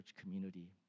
community